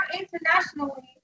internationally